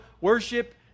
worship